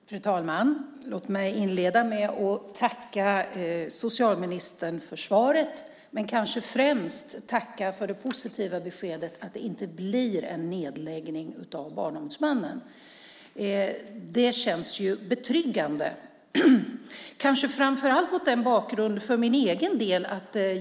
Fru talman! Låt mig inleda med att tacka socialministern för svaret. Men främst vill jag tacka för det positiva beskedet att det inte blir någon nedläggning av Barnombudsmannen. Det känns betryggande, kanske framför allt mot min egen bakgrund.